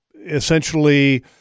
essentially